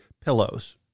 pillows